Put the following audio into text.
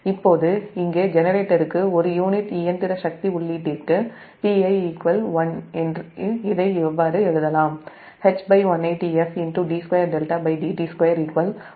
இப்போது இங்கே ஜெனரேட்டருக்கு ஒரு யூனிட் இயந்திர சக்தி உள்ளீட்டிற்கு Pi 1 இதை H180f d2δdt2 1 2